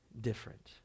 different